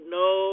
no